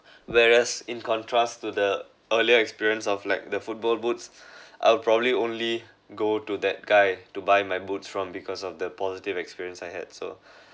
whereas in contrast to the earlier experience of like the football boots I'll probably only go to that guy to buy my boots from because of the positive experience I had so